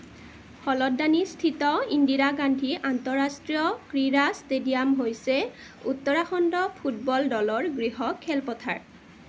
হলদ্বাণীস্থিত ইন্দিৰা গান্ধী আন্তঃৰাষ্ট্ৰীয় ক্ৰীড়া ষ্টেডিয়াম হৈছে উত্তৰাখণ্ড ফুটবল দলৰ গৃহ খেলপথাৰ